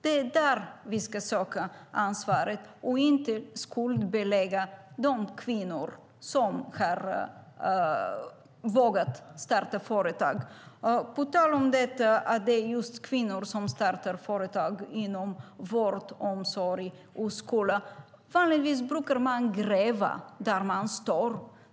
Det är där vi ska söka ansvaret i stället för att skuldbelägga de kvinnor som har vågat starta företag. På tal om att det är just kvinnor som startar företag inom vård, omsorg och skola kan jag säga att man vanligtvis brukar gräva där man står.